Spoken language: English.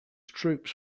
troops